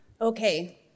Okay